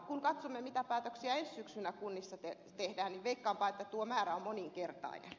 kun katsomme mitä päätöksiä ensi syksynä kunnissa tehdään niin veikkaanpa että tuo määrä on moninkertainen